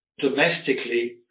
Domestically